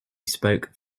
spoke